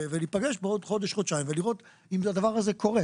להיפגש בעוד חודש או חודשיים ולראות האם הדבר הזה קורה.